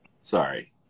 sorry